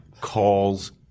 calls